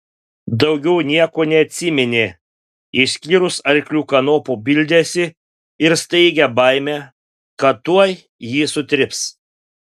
daugiau nieko neatsiminė išskyrus arklių kanopų bildesį ir staigią baimę kad tuoj jį sutryps